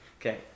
Okay